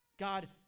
God